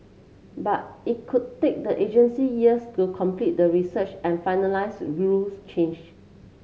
but it could take the agency years to complete the research and finalise rule change